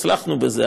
הצלחנו בזה,